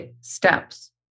steps